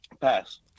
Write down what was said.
pass